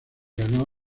ganó